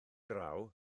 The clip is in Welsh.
draw